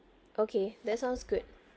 okay that sounds good